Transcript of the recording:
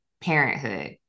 parenthood